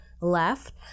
left